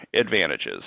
advantages